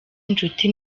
inshuti